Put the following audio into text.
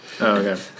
okay